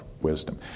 wisdom